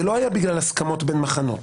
זה לא היה בגלל הסכמות בין מחנות.